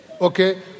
okay